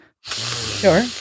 sure